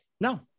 No